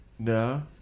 No